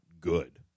good